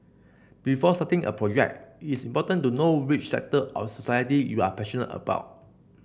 before starting a project it is important to know which sector of society you are passionate about